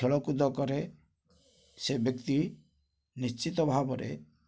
ଖେଳକୁଦ କରେ ସେ ବ୍ୟକ୍ତି ନିଶ୍ଚିତ ଭାବରେ